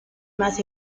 más